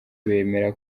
bemera